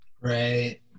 Right